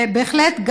ובהחלט,